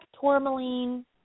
tourmaline